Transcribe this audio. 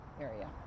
area